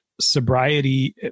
sobriety